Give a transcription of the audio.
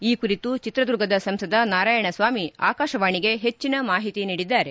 ಈ ಕುರಿತು ಚಿತ್ರದುರ್ಗದ ಸಂಸದ ನಾರಾಯಣ ಸ್ವಾಮಿ ಆಕಾಶವಾಣೆಗೆ ಹೆಚ್ಚಿನ ಮಾಹಿತಿ ನೀಡಿದ್ದಾರೆ